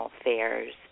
affairs